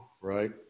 right